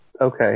Okay